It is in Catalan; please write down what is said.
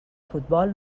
futbol